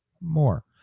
more